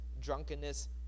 drunkenness